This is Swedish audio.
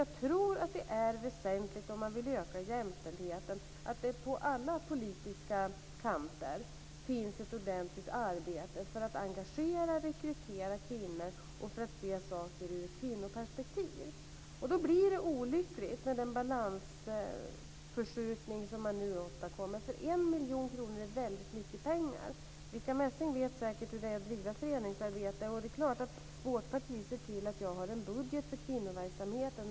Jag tror att det är väsentligt, om man vill öka jämställdheten, att det på alla politiska kanter finns ett ordentligt arbete för att engagera och rekrytera kvinnor och för att se saker ur ett kvinnoperspektiv. Och då blir det olyckligt med den balansförskjutning som man nu åstadkommer. En miljon kronor är väldigt mycket pengar. Ulrica Messing vet säkert hur det är att driva föreningsarbete. Det är klart att vårt parti ser till att vi har en budget för kvinnoverksamheten.